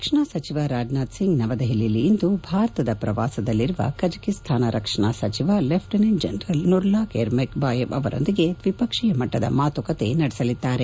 ರಕ್ಷಣಾ ಸಚಿವ ರಾಜನಾಥ್ ಸಿಂಗ್ ನವದೆಹಲಿಯಲ್ಲಿ ಇಂದು ಭಾರತದ ಪ್ರವಾಸದಲ್ಲಿರುವ ಕಜಕಸ್ತಾನ್ನ ರಕ್ಷಣಾ ಸಚಿವ lieutenant general Nurlan Yermek Bayev ಅವರೊಂದಿಗೆ ದ್ವಿಪಕ್ಷೀಯ ಮಟ್ಟದ ಮಾತುಕತೆ ನಡೆಸಲಿದ್ದಾರೆ